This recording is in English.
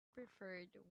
preferred